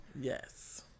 yes